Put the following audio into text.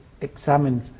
examine